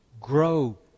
grow